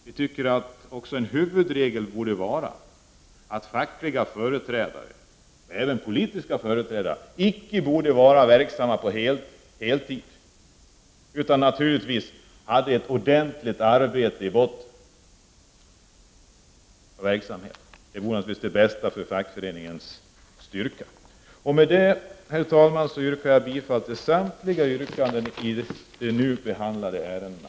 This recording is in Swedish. Vi tycker att en huvudregel borde vara att fackliga företrädare — även politiska företrädare — icke borde vara verksamma med fackliga uppgifter på heltid utan ha ett ordentligt arbete i botten; det vore naturligtvis det bästa för fackföreningen. Med det, herr talman, yrkar jag bifall till samtliga yrkanden från vpk i de nu behandlade ärendena.